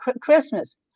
Christmas